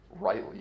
Rightly